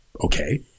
okay